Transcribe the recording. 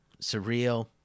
Surreal